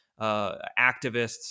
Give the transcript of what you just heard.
activists